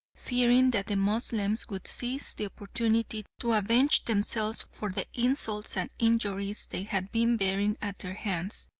fearing that the moslems would seize the opportunity to avenge themselves for the insults and injuries they had been bearing at their hands.